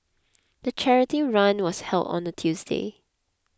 the charity run was held on a Tuesday